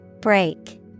Break